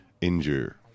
injure